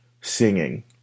singing